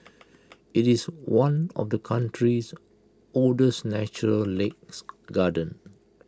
IT is one of the country's oldest natural lakes gardens